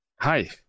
Hi